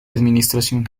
administración